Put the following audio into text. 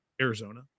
Arizona